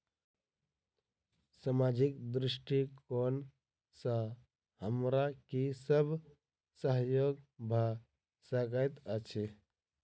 सामाजिक दृष्टिकोण सँ हमरा की सब सहयोग भऽ सकैत अछि?